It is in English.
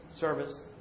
service